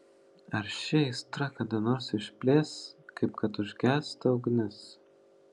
ar ši aistra kada nors išblės kaip kad užgęsta ugnis